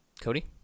Cody